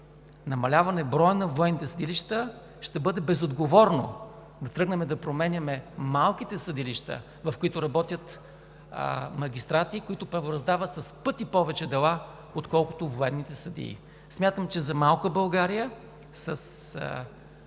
намаляване броя на военните съдилища, ще бъде безотговорно да тръгнем да променяме малките съдилища, в които работят магистрати, които правораздават с пъти повече дела, отколкото военните съдии. Смятам, че за малка България, с